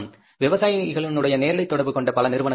விவசாயிகளுடன் நேரடி தொடர்பு கொண்ட பல நிறுவனங்கள் உள்ளன